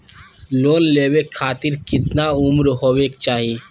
Loan लेवे खातिर केतना उम्र होवे चाही?